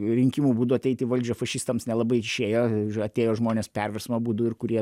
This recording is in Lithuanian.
rinkimų būdu ateiti į valdžią fašistams nelabai išėjo atėjo žmonės perversmo būdu ir kurie